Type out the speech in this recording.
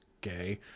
gay